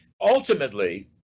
ultimately